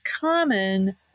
common